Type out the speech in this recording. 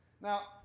Now